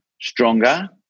stronger